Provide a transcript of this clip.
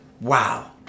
Wow